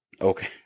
Okay